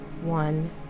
one